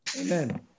Amen